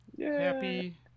Happy